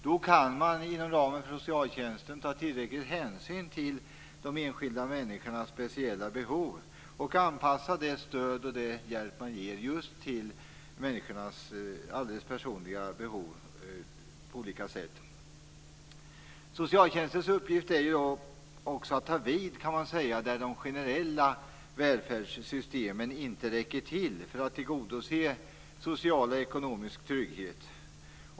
Då kan man inom ramen för socialtjänsten ta tillräcklig hänsyn till de enskilda människornas speciella behov och på olika sätt anpassa det stöd och den hjälp man ger just till människornas alldeles personliga behov. Socialtjänstens uppgift är att ta vid där de generella välfärdssystemen inte räcker till för att tillgodose social och ekonomisk trygghet.